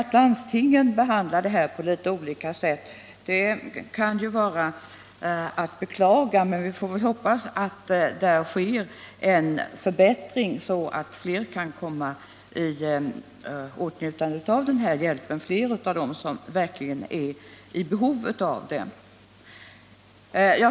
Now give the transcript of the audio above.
Att landstingen sedan behandlar det här på olika sätt kan vara att beklaga, men vi får hoppas att där sker en förbättring, så att fler av dem som verkligen är i behov av den här hjälpen kan komma i åtnjutande av den.